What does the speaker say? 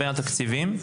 תקציבים,